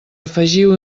afegiu